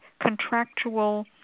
contractual